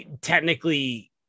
technically